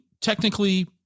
technically